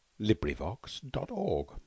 LibriVox.org